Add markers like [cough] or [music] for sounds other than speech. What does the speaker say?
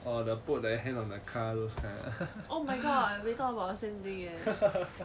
oh the boat then hang on the car those kind ah [laughs]